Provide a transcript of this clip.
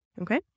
okay